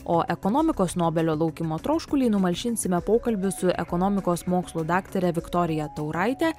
o ekonomikos nobelio laukimo troškulį numalšinsime pokalbius su ekonomikos mokslų daktare viktorija tauraite